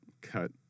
cut